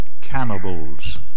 cannibals